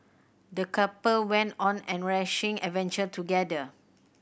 the couple went on an enriching adventure together